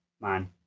Man